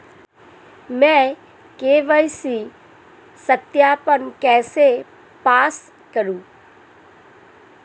मैं के.वाई.सी सत्यापन कैसे पास करूँ?